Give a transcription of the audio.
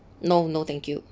no no thank you